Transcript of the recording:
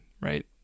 right